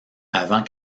avant